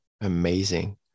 Amazing